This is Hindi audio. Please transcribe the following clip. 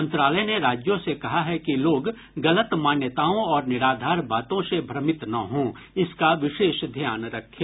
मंत्रालय ने राज्यों से कहा है कि लोग गलत मान्यताओं और निराधार बातों से भ्रमित न हों इसका विशेष ध्यान रखें